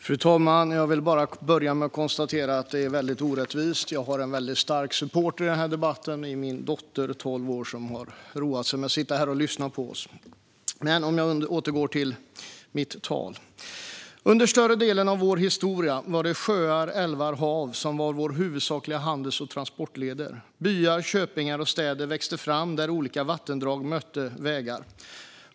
Fru talman! Jag vill börja med att konstatera att det är väldigt orättvist: Jag har en stark supporter i denna debatt. Det är min dotter, tolv år, som har roat sig med att sitta här och lyssna på oss. Men jag ska gå över till mitt tal. Under större delen av vår historia var det sjöar, älvar och hav som var våra huvudsakliga handels och transportleder. Byar, köpingar och städer växte fram där olika vattendrag mötte vägar.